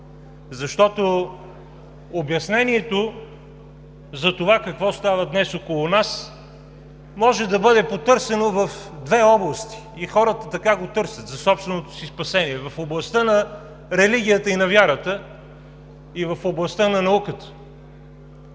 защото обяснението за това какво става днес около нас, може да бъде потърсено в две области, и хората така го търсят за собственото си спасение – в областта на религията и на вярата, и в областта на науката.